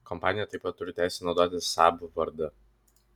kompanija taip pat turi teisę naudoti saab vardą